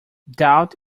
doubt